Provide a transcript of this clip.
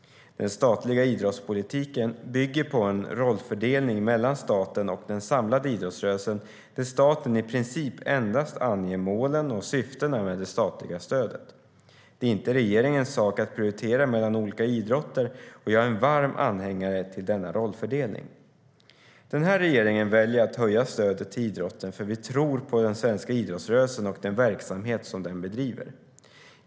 Den statliga idrottspolitiken bygger på en rollfördelning mellan staten och den samlade idrottsrörelsen där staten i princip endast anger målen och syftena med det statliga stödet. Det är inte regeringens sak att prioritera mellan olika idrotter, och jag är en varm anhängare till denna rollfördelning. Den här regeringen väljer att höja stödet till idrotten för att vi tror på den svenska idrottsrörelsen och den verksamhet som den bedriver.